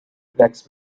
next